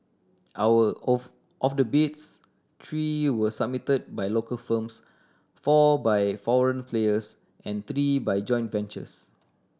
our of of the bids three were submitted by local firms four by foreign players and three by joint ventures